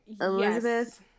Elizabeth